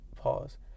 Pause